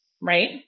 right